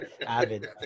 avid